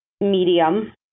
Medium